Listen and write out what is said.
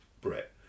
Brett